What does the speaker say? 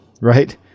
right